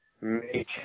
make